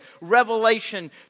Revelation